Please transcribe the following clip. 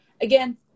again